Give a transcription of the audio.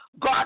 God